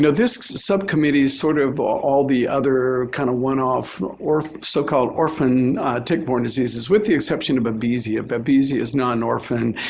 you know this subcommittee sort of all the other kind of one-off or so-called orphan tick-borne diseases, with the exception of babesia. babesia is not an orphan.